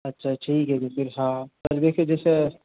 अच्छा ठीक है जी फिर हाँ